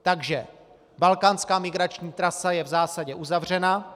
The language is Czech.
Takže balkánská migrační trasa je v zásadě uzavřena.